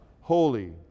holy